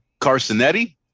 Carsonetti